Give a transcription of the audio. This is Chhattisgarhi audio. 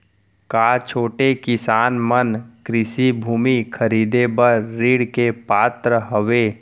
का छोटे किसान मन कृषि भूमि खरीदे बर ऋण के पात्र हवे?